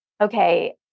okay